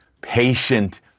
patient